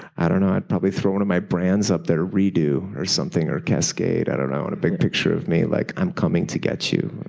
i don't know. i'd probably throw one of my brands up there, redo or something, or kaskade, i don't know. and a big picture of me like, i'm coming to get you.